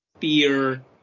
fear